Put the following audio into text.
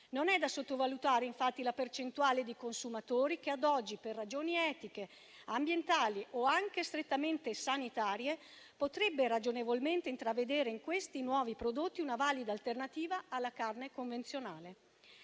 Non è da sottovalutare infatti la percentuale di consumatori che ad oggi, per ragioni etiche, ambientali o anche strettamente sanitarie, potrebbe ragionevolmente intravedere in questi nuovi prodotti una valida alternativa alla carne convenzionale.